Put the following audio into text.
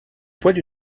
poids